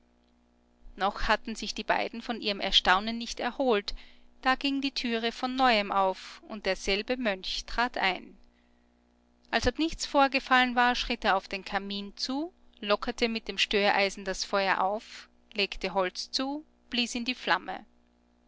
noch hatten sich die beiden von ihrem erstaunen nicht erholt da ging die türe von neuem auf und derselbe mönch trat ein als ob nichts vorgefallen wäre schritt er auf den kamin zu lockerte mit dem störeisen das feuer auf legte holz zu blies in die flamme